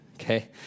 Okay